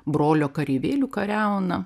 brolio kareivėlių kariauna